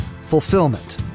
Fulfillment